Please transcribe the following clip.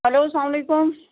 hello سلام علیکُم